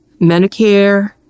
Medicare